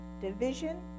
division